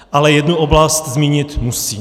Ale jednu oblast zmínit musím.